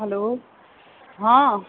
hello हँ